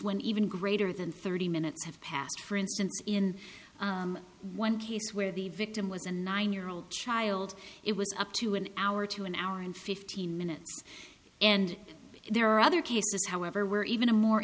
when even greater than thirty minutes have passed for instance in one case where the victim was a nine year old child it was up to an hour to an hour and fifteen minutes and there are other cases however were even a more